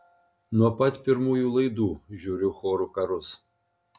nuo pat pirmųjų laidų žiūriu chorų karus